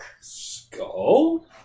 Skull